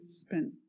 spent